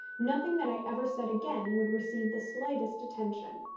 nothing that i ever said again would receive the slightest attention.